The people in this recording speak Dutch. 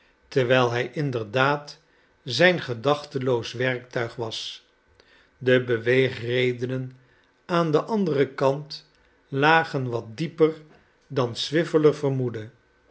terwijl hij inderdaad zijn gedachteloos werktuig was de beweegredenen aan den anderen kant lagen wat dieper dan swiveller vermoedde